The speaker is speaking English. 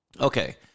Okay